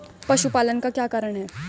पशुपालन का क्या कारण है?